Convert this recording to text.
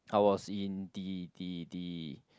I was in the the the